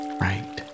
right